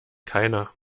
keiner